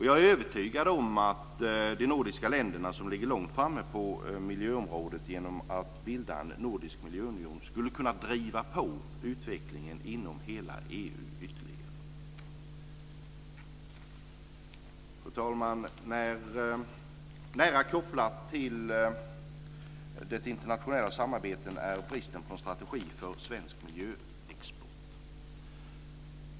Jag är övertygad om att de nordiska länderna, som ligger långt framme på miljöområdet, genom att bilda en nordisk miljöunion skulle kunna driva på utvecklingen inom hela EU Fru talman! Nära kopplad till det internationella samarbetet är bristen på strategi för svensk miljöexport.